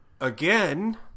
again